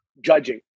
judging